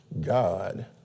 God